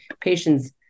patient's